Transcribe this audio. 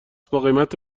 باقیمت